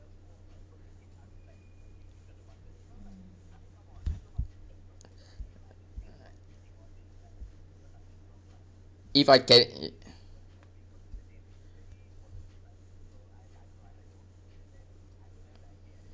if I ca~